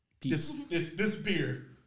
disappear